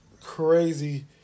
crazy